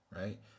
Right